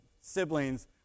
siblings